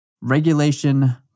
Regulation